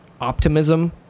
optimism